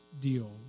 deal